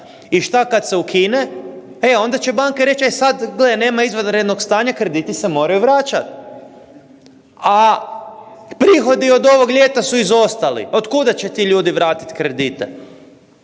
I što kad se ukine? E onda će banke reći e sad, gle, nema izvanrednog stanja, krediti se moraju vraćati, a prihodi od ovog ljeta su izostali. Od kuda će ti ljudi vratiti kredite?